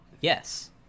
yes